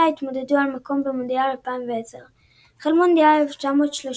התמודדו על מקום במונדיאל 2010. החל ממונדיאל